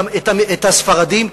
את הספרדים,